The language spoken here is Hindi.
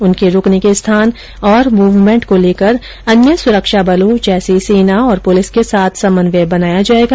उनके रूकने के स्थान और मूवमेंट को लेकर अन्य सुरक्षा बलों जैसे सेना और पुलिस के साथ समन्वय बनाया जाएगा